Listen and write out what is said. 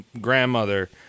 grandmother